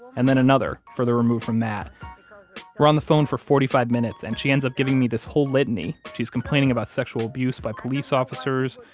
and then another further removed from that we're on the phone for forty five minutes and she ends up giving me this whole litany. she's complaining about sexual abuse by police officers,